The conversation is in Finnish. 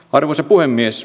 arvoisa puhemies